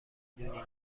دونی